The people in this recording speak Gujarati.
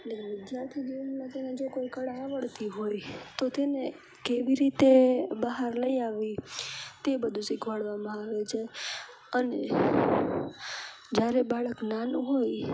ને વિદ્યાર્થી જીવનમાં જો તેને કોઈ કળા આવડતી હોય તો તેને કેવી રીતે બહાર લઈ આવવી તે બધું શીખવાડવામાં આવે છે અને જ્યારે બાળક નાનું હોય